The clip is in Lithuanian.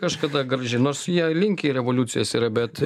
kažkada graži nors jie linki revoliucijos yra bet